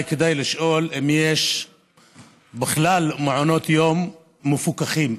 כדאי לשאול אם יש בכלל מעונות יום מפוקחים.